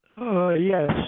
Yes